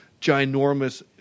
ginormous